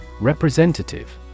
Representative